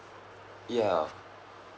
ya